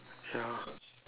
ya